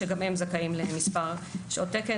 שגם הם זכאים למספר שעות תקן,